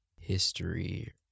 History